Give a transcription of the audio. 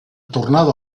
tornada